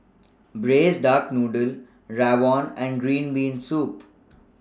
Braised Duck Noodle Rawon and Green Bean Soup